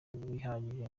bihagije